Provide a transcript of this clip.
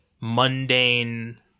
mundane